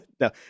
no